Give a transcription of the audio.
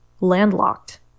landlocked